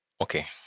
okay